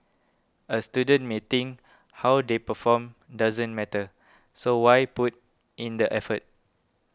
a student may think how they perform doesn't matter so why put in the effort